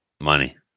money